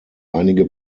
einige